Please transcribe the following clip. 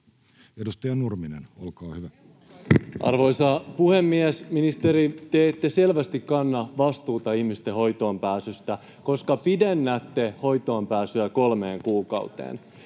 Edustaja Nurminen, olkaa hyvä. Arvoisa puhemies! Ministeri, te ette selvästi kanna vastuuta ihmisten hoitoonpääsystä, [Perussuomalaisten ryhmästä: Oho!] koska pidennätte hoitoonpääsyä kolmeen kuukauteen.